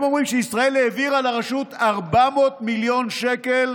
הם אומרים שישראל העבירה לרשות 400 מיליון שקל,